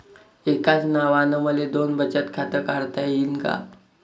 एकाच नावानं मले दोन बचत खातं काढता येईन का?